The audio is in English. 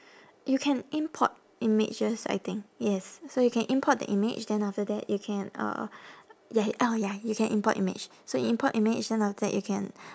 you can import images I think yes so you can import the image then after that you can uh ya oh ya you can import image so import image then after that you can